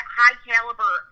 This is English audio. high-caliber